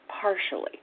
partially